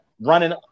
running